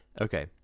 Okay